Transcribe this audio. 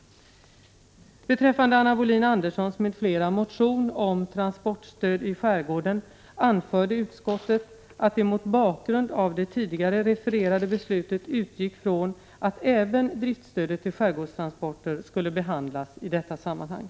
Beträffande Anna Wohlin-Anderssons m.fl. motion om transportstöd i skärgården anförde utskottet att det mot bakgrund av det tidigare refererade beslutet utgick från att även driftstödet till skärgårdstransporter skulle 101 behandlas i detta sammanhang.